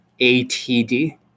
ATD